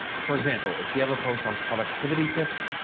for example, if you have a post on productivity tips,